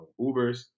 Ubers